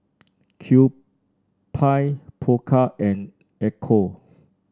Pewpie Pokka and Ecco